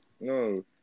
No